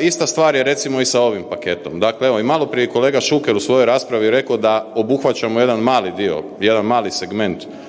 Ista stvar je recimo i sa ovim paketom. Dakle evo i maloprije je kolega Šuker u svojoj raspravi rekao da obuhvaćamo jedan mali dio, jedan mali segment